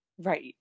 Right